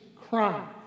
crime